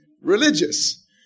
religious